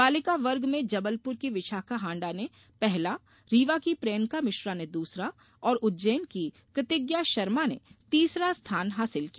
बालिका वर्ग मे जबलपुर की विशाखा हांडा ने पहला रीवा की प्रियंका मिश्रा ने दूसरा और उज्जैन की कृतिज्ञा शर्मा ने तीसरा स्थान हासिल किया